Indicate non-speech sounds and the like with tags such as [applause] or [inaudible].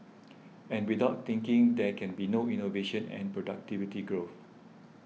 [noise] and without thinking there can be no innovation and productivity growth